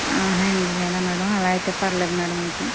ఏమి లేదా మేడం అలా అయితే పర్లేదు మేడం అయితే